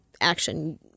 action